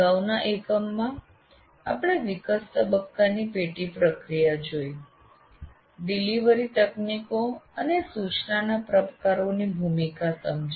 અગાઉના એકમમાં આપણે વિકાસ તબક્કાની પેટા પ્રક્રિયા જોઈ ડિલિવરી તકનીકો અને સૂચનાના પ્રકારોની ભૂમિકા સમજી